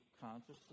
consciously